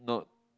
not